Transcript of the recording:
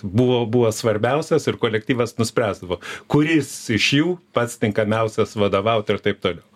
buvo buvo svarbiausias ir kolektyvas nuspręsdavo kuris iš jų pats tinkamiausias vadovaut ir taip toliau